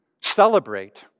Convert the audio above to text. celebrate